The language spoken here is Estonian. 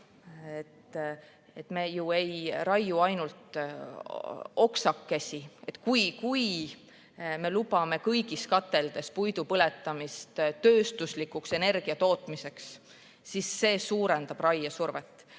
Me ei raiu ju ainult oksakesi. Kui me lubame kõigis kateldes puidu põletamist tööstuslikuks energiatootmiseks, siis see suurendab raiesurvet.